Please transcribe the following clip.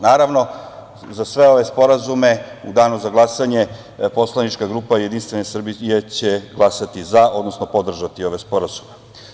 Naravno, za sve ove sporazume u danu za glasanje poslanička grupa JS će glasati za, odnosno podržati ove sporazume.